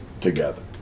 together